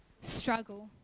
struggle